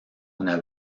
una